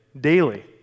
daily